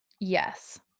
Yes